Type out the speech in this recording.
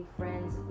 friends